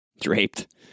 draped